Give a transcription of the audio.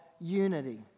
unity